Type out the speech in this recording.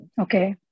Okay